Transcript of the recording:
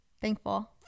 Thankful